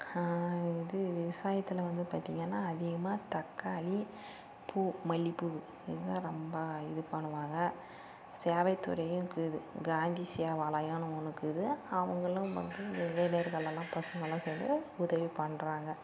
இது விவசாயத்தில் வந்து பார்த்திங்கன்னா அதிகமாக தக்காளி பூ மல்லிகைப்பூ இதுல்லாம் ரொம்ப இது பண்ணுவாங்க சேவை தொழிலுருக்குது காந்தி சேவாலயம் ஒன்றுக்குது அவங்களும் வந்து இளைஞர்கள் எல்லாம் பசங்களாம் சேர்ந்து உதவி பண்ணுறாங்க